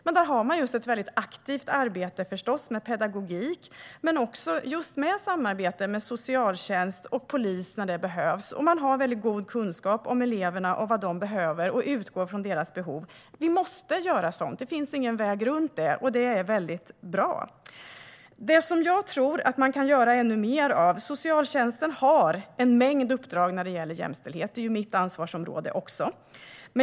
Man har förstås ett mycket aktivt arbete med pedagogik, men man har också ett samarbete med socialtjänst och polis när det behövs. Man har en mycket god kunskap om eleverna och vad de behöver, och man utgår från deras behov. Vi måste göra sådant. Det finns ingen väg runt det. Det är mycket bra. Socialtjänsten har en mängd uppdrag när det gäller jämställdhet. Det är också mitt ansvarsområde.